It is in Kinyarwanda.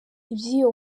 iby’iyo